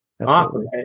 Awesome